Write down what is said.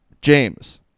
James